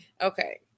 Okay